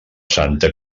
santa